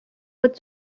what